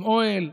עם אוהל,